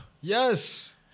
Yes